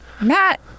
Matt